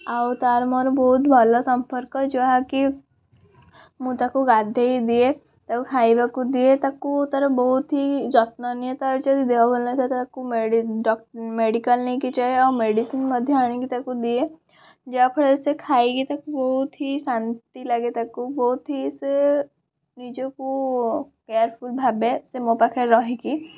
ଆଉ ତାର ମୋର ବହୁତ ଭଲ ସମ୍ପର୍କ ଯାହାକି ମୁଁ ତାକୁ ଗାଧେଇ ଦିଏ ତାକୁ ଖାଇବାକୁ ଦିଏ ତାକୁ ତାର ବହୁତ ହିଁ ଯତ୍ନନିଏ ତାର ଯଦି ଦେହ ଭଲ ନ ଥିବ ତାକୁ ମେଡ଼ି ଡକ ମେଡ଼ିକାଲ ନେଇକି ଯାଏ ଆଉ ମେଡ଼ିସିନ ମଧ୍ୟ ଆଣିକି ତାକୁ ଦିଏ ଯାହାଫଳରେ ସେ ଖାଇକି ତାକୁ ବହୁତ ହି ଶାନ୍ତି ଲାଗେ ତାକୁ ବହୁତ ହି ସେ ନିଜକୁ କେୟାରଫୁଲ ଭାବେ ସେ ମୋ ପାଖରେ ରହିକି